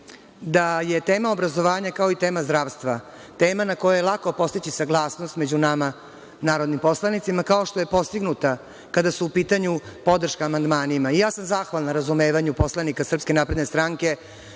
da je tema obrazovanja kao i tema zdravstva, tema na koju je lako postići saglasnost među nama narodnim poslanicima kao što je postignuta kada je u pitanju podrška amandmanima. Zahvalna sam razumevanju poslanika SNS što zaista